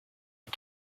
are